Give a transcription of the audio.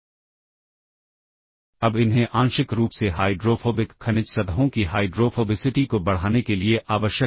तो यह होगा कि यह इस स्टैक को लोड करने का प्रयास करेगा यह स्टैक पॉइंटर को लोड करेगा यह कुछ और है